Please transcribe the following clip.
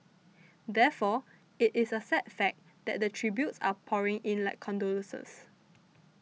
therefore it is a sad fact that the tributes are pouring in like condolences